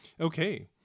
okay